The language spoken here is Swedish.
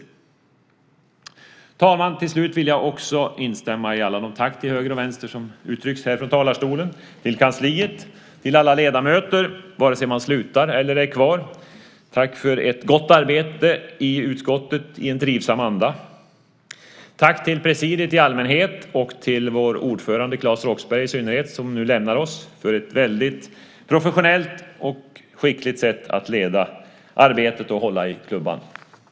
Fru talman! Till slut vill också jag instämma i alla tack till höger och vänster som uttryckts här från talarstolen. Till kansliet och till alla ledamöter - vare sig man slutar eller är kvar - vill jag rikta ett tack för ett gott arbete i trivsam anda i utskottet. Jag vill också rikta ett tack till presidiet i allmänhet och till vår utskottsordförande Claes Roxbergh i synnerhet som nu lämnar oss och som på ett väldigt professionellt och skickligt sätt har lett arbetet och hållit i klubban.